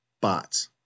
bots